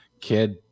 kid